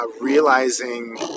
realizing